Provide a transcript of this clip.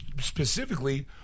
specifically